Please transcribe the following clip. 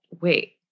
wait